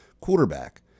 quarterback